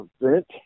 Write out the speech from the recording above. event